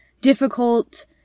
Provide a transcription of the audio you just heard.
difficult